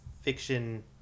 fiction